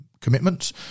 commitments